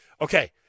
okay